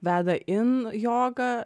veda in jogą